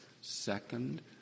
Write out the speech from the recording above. Second